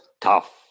tough